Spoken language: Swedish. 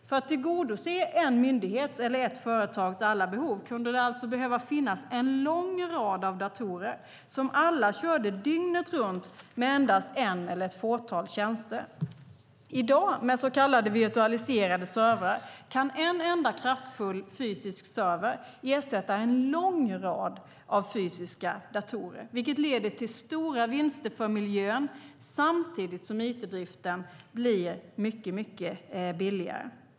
För att tillgodose en myndighets eller ett företags alla behov kunde det alltså behöva finnas en lång rad datorer som alla körde dygnet runt med endast en eller ett fåtal tjänster. I dag, med så kallade virtualiserade servrar, kan en enda kraftfull fysisk server ersätta en lång rad fysiska datorer, vilket leder till stora vinster för miljön samtidigt som it-driften blir mycket billigare.